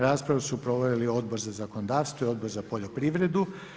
Raspravu su proveli Odbor za zakonodavstvo i Odbor za poljoprivredu.